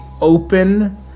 open